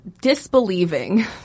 disbelieving